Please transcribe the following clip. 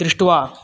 दृष्ट्वा